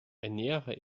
ernähre